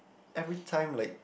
every time like